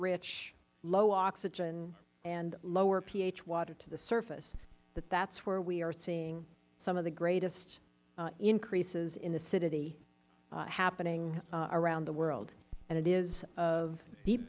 rich low oxygen and lower ph water to the surface that that is where we are seeing some of the greatest increases in acidity happening around the world and it is of deep